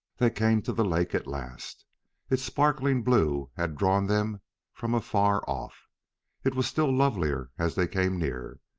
they came to the lake at last its sparkling blue had drawn them from afar off it was still lovelier as they came near.